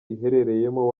iherereyemo